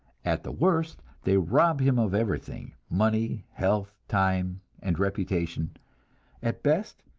at the worst they rob him of everything, money, health, time and reputation at best,